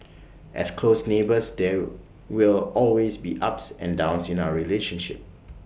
as close neighbours there will always be ups and downs in our relationship